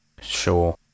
Sure